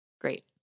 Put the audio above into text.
great